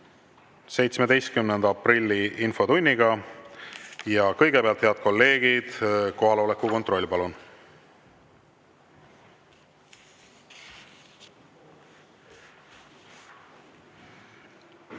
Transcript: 17. aprilli infotundi. Ja kõigepealt, head kolleegid, kohaloleku kontroll, palun!